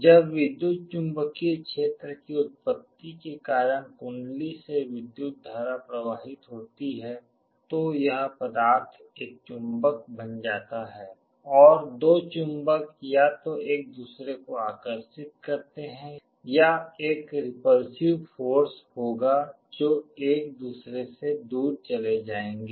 जब विद्युत चुम्बकीय क्षेत्र की उत्पत्ति के कारण कुंडली से विद्युत धारा प्रवाहित होती है तो यह पदार्थ एक चुम्बक बन जाता है और दो चुम्बक या तो एक दूसरे को आकर्षित करते हैं या एक रिपल्सिव फ़ोर्स होगा जो एक दूसरे से दूर चले जाएंगे